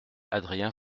adrien